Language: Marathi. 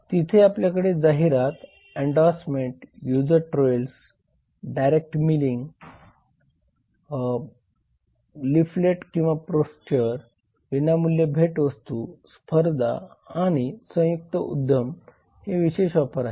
तर तिथे आपल्याकडे जाहिराती endorsement user trials direct mailing leaflet किंवा पोस्चर विनामूल्य भेटवस्तू स्पर्धा आणि संयुक्त उद्यम हे विशेष ऑफर आहेत